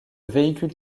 véhicule